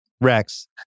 Rex